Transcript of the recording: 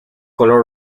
color